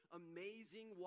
amazing